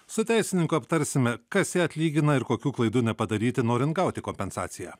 su teisininku aptarsime kas ją atlygina ir kokių klaidų nepadaryti norint gauti kompensaciją